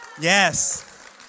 yes